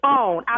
on